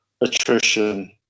attrition